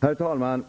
Herr talman!